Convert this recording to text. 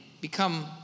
become